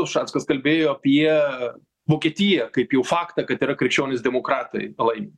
ušackas kalbėjo apie vokietiją kaip jau faktą kad yra krikščionys demokratai lai